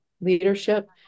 leadership